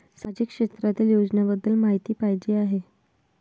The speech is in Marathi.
सामाजिक क्षेत्रातील योजनाबद्दल माहिती पाहिजे आहे?